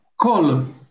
call